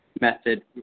method